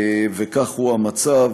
וזה הוא המצב,